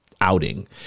outing